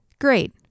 Great